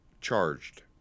charged